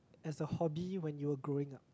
as a hobby when you were growing up